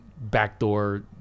backdoor